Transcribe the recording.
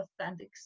authentic